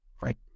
right